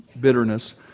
bitterness